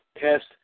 Test